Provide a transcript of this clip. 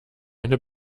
eine